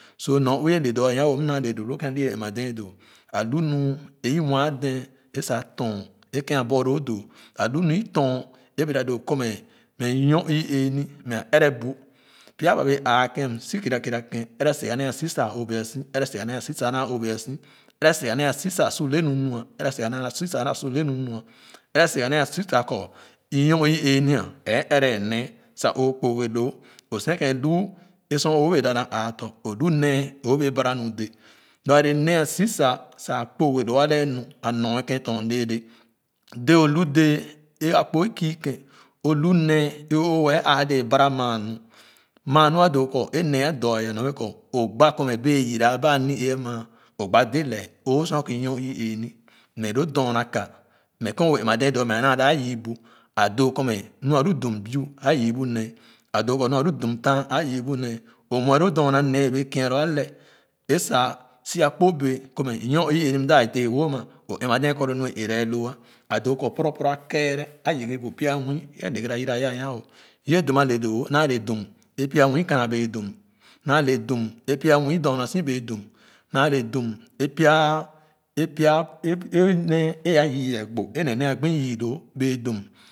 So nyorue ole doo aya wo naa le foo idu ken ali ɛn-ma dee doo a hi lo e mua dee e-sa rɔn é ken abor ho doo a lu nu i don e bɛga doo ko mɛ inyor iree no mɛ a ɛrɛ bu rja ba bee aa kem so kera kera ken ɛrɛ suga ner aso da a obua so ɛrɛ siga nee a su sa a naa oboa so ɛrɛ suga aso sa asu le mi nua ɛrɛ suga na naa so sa suaa su le nu nua ɛrɛ soga nee aso sa kobe nyor inee ni a ɛẹ ɛrẹ nee sa o kpoge loo o sen-kan hu e sor o\o bee dap na aa tɔn o hi nee eo baa barami de lo glebnee a susa a kpooge loo ate auva nyor ye kenton iɛɛɛɛ dee o lu dee e-akpo e-kii ken o hi nee e-o wɛɛ aa dee bara maa nu maa mi a doo kɔ e-nee a dɔ aya nu bee kɔ o gba kɔ mɛ bee yora ba anu-ee ama o gba de leece o sua kɔ e-nyor v-ee ni ne loo dorna ka mẹ ken o bee ɛm-ma dee doo mɛ e-na da yii bu a doo kɔ ma me a lu dum buu a yii bu nee a doo kɔ mɛ hu a lu dum taan a yii bu nee o muce lo dorna nee e-bee kua loo alɛɛ e sa so akpo bɛɛ kɔ mɛ nyor. ɛe-ɛeh m m da de wo ama o ɛm-ma dee kɔ lo nu a aata loo a doo kɔ poro poro a keere a yii gih bu nya nwoo e deghebyuo ra ya a nya wo duuh a le dim e-pya nwii kana bee dum naa le dum e pya nwii dorna so bɛɛ dum maa le dum pya e-e-paya e-nee e-a yii gɛ gbo e-ne ne. ɛ gbo yii hoo bee dum.